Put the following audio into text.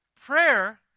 prayer